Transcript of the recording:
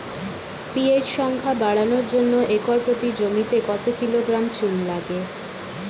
PH সংখ্যা বাড়ানোর জন্য একর প্রতি জমিতে কত কিলোগ্রাম চুন লাগে?